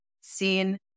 seen